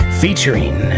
featuring